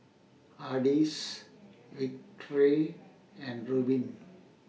Ardis Victory and Rubin